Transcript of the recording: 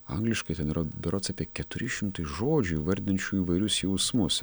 angliškai ten yra berods apie keturi šimtai žodžių įvardinčių įvairius jausmus